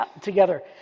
together